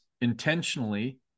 intentionally